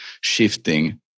shifting